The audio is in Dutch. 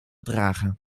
dragen